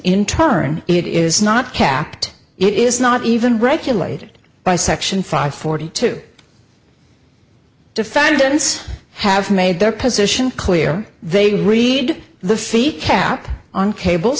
turn it is not kept it is not even regulated by section five forty two defendants have made their position clear they read the feet cap on cable